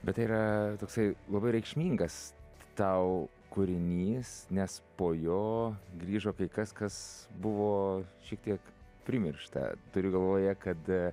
bet tai yra toksai labai reikšmingas tau kūrinys nes po jo grįžo kai kas kas buvo šiek tiek primiršta turiu galvoje kad